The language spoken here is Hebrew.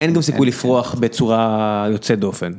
אין גם סיכוי לפרוח בצורה... יוצאת דופן.